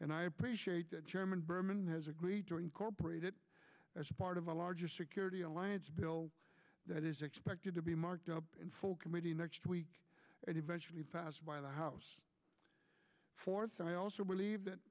and i appreciate that chairman berman has agreed to incorporate it as part of a larger security alliance bill that is expected to be marked up in full committee next week and eventually passed by the house force and i also believe that